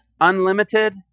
unlimited